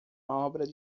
obra